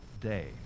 day